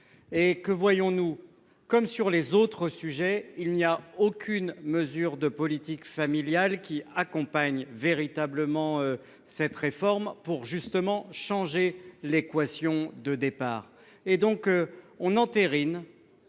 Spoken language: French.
Or, que voyons-nous ? Comme sur les autres sujets, aucune mesure de politique familiale n'accompagne véritablement cette réforme, pour changer l'équation de départ. Ainsi, on entérine